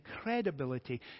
credibility